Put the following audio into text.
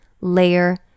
layer